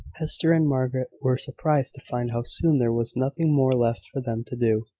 hester and margaret were surprised to find how soon there was nothing more left for them to do.